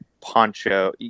poncho